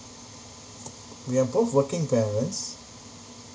we are both working parents